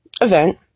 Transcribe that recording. event